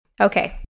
Okay